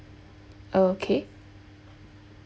okay